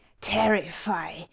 terrify